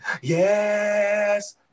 yes